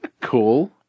Cool